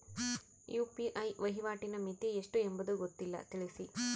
UPI ವಹಿವಾಟಿನ ಮಿತಿ ಎಷ್ಟು ಎಂಬುದು ಗೊತ್ತಿಲ್ಲ? ತಿಳಿಸಿ?